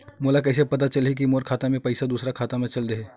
मोला कइसे पता चलही कि मोर खाता ले पईसा दूसरा खाता मा चल देहे?